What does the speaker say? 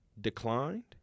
declined